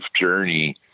journey